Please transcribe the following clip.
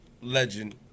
legend